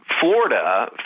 Florida